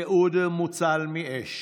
כאוד מוצל מאש